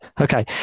Okay